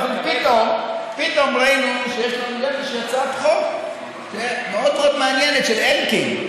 פתאום ראינו שיש לנו הצעת חוק מאוד מאוד מעניינת של אלקין.